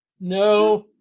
No